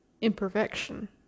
imperfection